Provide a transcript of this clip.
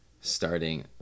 starting